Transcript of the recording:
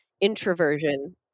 introversion